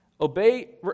Obey